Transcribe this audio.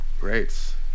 Great